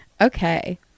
okay